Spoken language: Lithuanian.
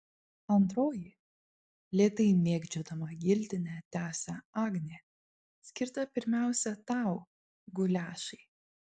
antroji lėtai mėgdžiodama giltinę tęsia agnė skirta pirmiausia tau guliašai